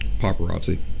Paparazzi